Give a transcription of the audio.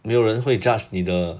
没有人会 judge 你的